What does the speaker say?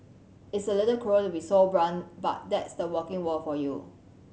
it's a little cruel to be so blunt but that's the working world for you